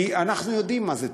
כי אנחנו יודעים מה זה תחבורה.